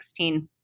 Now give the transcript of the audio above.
2016